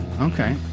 Okay